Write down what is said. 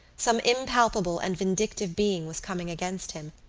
some impalpable and vindictive being was coming against him,